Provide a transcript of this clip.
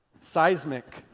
seismic